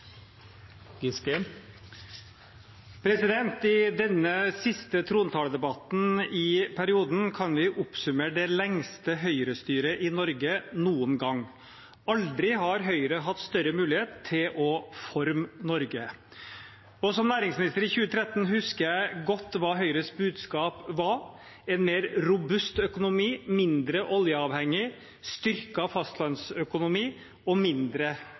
I denne siste trontaledebatten i perioden kan vi oppsummere det lengste Høyre-styret i Norge noen gang. Aldri har Høyre hatt større mulighet til å forme Norge. Som næringsminister i 2013 husker jeg godt hva Høyres budskap var: en mer robust økonomi, mindre oljeavhengighet, styrket fastlandsøkonomi og mindre